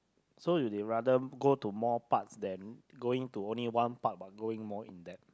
so you'd rather go to more parts than going to only one part but going more in depth